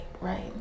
right